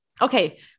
okay